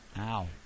Ow